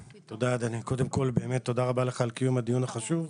קודם כל, אדוני, תודה רבה לך על קיום הדיון החשוב,